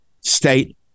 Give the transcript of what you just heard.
state